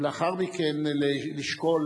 ולאחר מכן לשקול